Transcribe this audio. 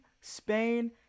Spain